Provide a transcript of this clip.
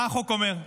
מה החוק אומר?